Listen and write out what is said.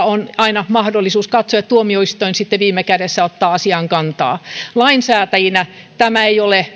on aina mahdollisuus katsoa ja tuomioistuin sitten viime kädessä ottaa asiaan kantaa lainsäätäjinä tämä ei ole